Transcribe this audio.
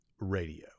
Radio